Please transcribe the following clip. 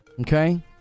okay